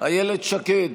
איילת שקד,